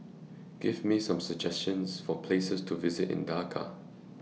Give Me Some suggestions For Places to visit in Dhaka